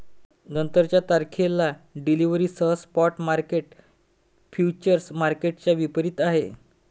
नंतरच्या तारखेला डिलिव्हरीसह स्पॉट मार्केट फ्युचर्स मार्केटच्या विपरीत आहे